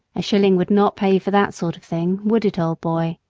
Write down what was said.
a shilling would not pay for that sort of thing, would it, old boy?